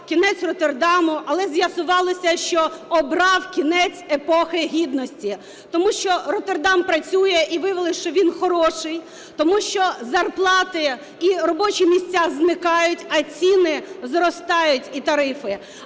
кінець "Роттердаму", але з'ясувалося, що обрав кінець епохи гідності. Тому що "Роттердам" працює і виявилось, що він хороший. Тому що зарплати і робочі місця зникають, а ціни зростають і тарифи,